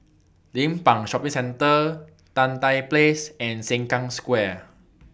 Limbang Shopping Centre Tan Tye Place and Sengkang Square